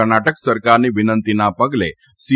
કર્ણાટક સરકારની વિનંતીના પગલે સી